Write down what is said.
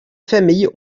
familles